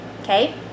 okay